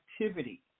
activity